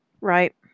Right